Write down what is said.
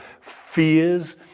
fears